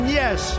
yes